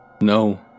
No